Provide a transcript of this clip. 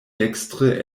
dekstre